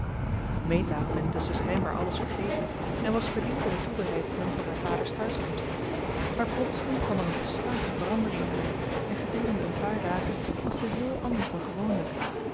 had intusschen schijnbaar alles vergeten en was verdiept in de toebereidselen voor haar vaders thuiskomst maar plotseling kwam er een volslagen verandering in haar en gedurende een paar dagen was zij heel anders dan gewoonlijk